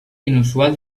inusual